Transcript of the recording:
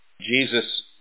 Jesus